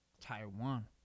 Taiwan